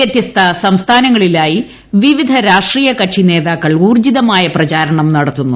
വ്യത്യസ്ത സംസ്ഥാനങ്ങളിലായി വിവിധ രാ്രിഷ്ട്രീയ് കക്ഷി നേതാക്കൾ ഊർജ്ജിതമായ പ്രചാരണം നടത്തുന്നു